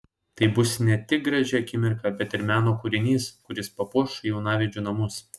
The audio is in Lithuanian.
tai bus ne tik graži akimirka bet ir meno kūrinys kuris papuoš jaunavedžių namus